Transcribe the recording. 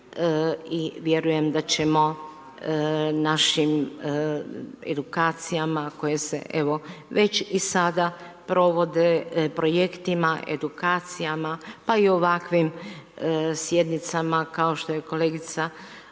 I vjerujem da ćemo našim edukacijama koje se evo već i sada provode, projektima, edukacijama pa i ovakvim sjednicama kao što je kolegica Linić